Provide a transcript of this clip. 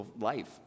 life